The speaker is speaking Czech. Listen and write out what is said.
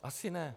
Asi ne.